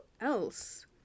else